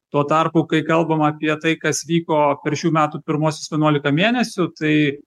tuo tarpu kai kalbama apie tai kas vyko per šių metų pirmuosius vienuolika mėnesių tai